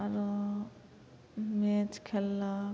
आओर मैच खेललक